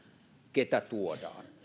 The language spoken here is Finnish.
keitä tuodaan